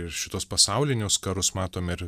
ir šituos pasaulinius karus matom ir